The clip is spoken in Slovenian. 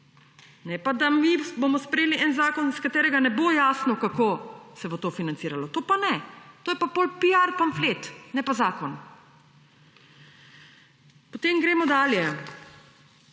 ne pa da mi bomo sprejeli en zakon, iz katerega ne bo jasno, kako se bo to financiralo. To pa ne, to je pa potem piar pamflet, ne pa zakon. Potem gremo dalje.